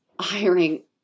hiring